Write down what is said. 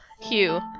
Hugh